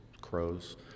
crows